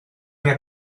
una